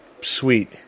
sweet